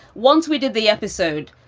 once we did the episode,